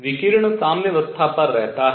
विकिरण साम्यावस्था पर रहता है